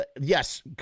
Yes